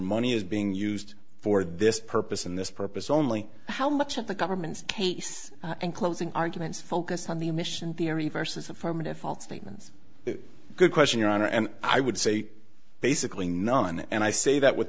money is being used for this purpose in this purpose only how much of the government's case and closing arguments focus on the emission theory versus affirmative false statement good question your honor and i would say basically none and i say that with